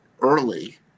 early